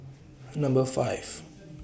Number five